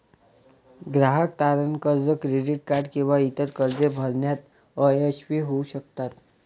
ग्राहक तारण कर्ज, क्रेडिट कार्ड किंवा इतर कर्जे भरण्यात अयशस्वी होऊ शकतात